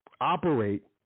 Operate